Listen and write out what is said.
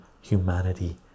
humanity